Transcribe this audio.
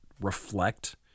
reflect